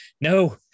no